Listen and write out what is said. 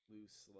Loose